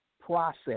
process